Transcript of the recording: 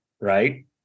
right